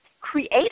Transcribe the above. create